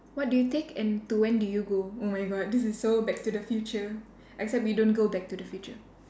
what do you take and to when do you go oh my god this is so back to the future except we don't go back to the future